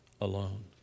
alone